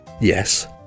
Yes